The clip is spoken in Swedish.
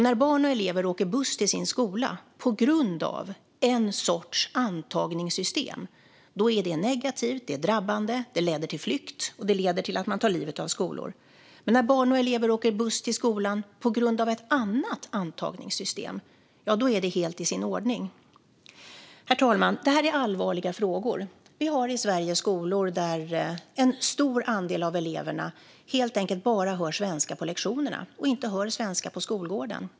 När barn och elever åker buss till sin skola på grund av en sorts antagningssystem är det negativt och drabbande och leder till flykt och till att man tar livet av skolor. Men när barn och elever åker buss till skolan på grund av ett annat antagningssystem är det helt i sin ordning. Herr talman! Det här är allvarliga frågor. Det finns i Sverige skolor där en stor andel av eleverna hör svenska bara på lektionerna, inte på skolgården.